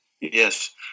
Yes